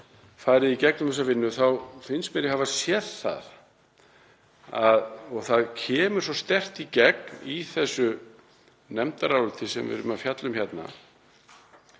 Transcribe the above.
farið í gegnum þessa vinnu þá finnst mér ég hafa séð það, og það kemur svo sterkt í gegn í þessu nefndaráliti sem við erum að fjalla um hérna,